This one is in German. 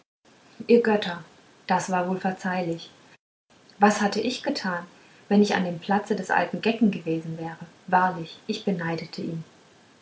ihr götter das war wohl verzeihlich was hatte ich getan wenn ich an dem platze des alten gecken gewesen wäre wahrlich ich beneidete ihn